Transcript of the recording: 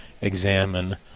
examine